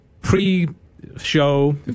pre-show